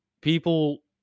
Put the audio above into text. people